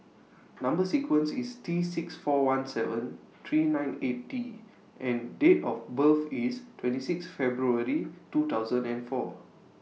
Number sequence IS T six four one seven three nine eight T and Date of birth IS twenty six February two thousand and four